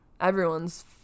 Everyone's